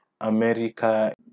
America